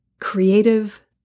creative